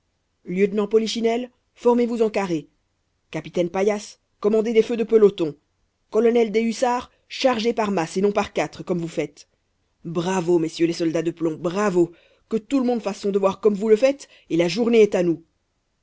formez vous en carré capitaine paillasse commandez des feux de peloton colonel des hussards chargez par masses et non par quatre comme vous faites bravo messieurs les soldats de plomb bravo que tout le monde fasse son devoir comme vous le faites et la journée est à nous